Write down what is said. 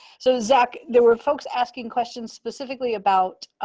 so zack, there were folks asking questions specifically about